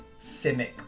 Simic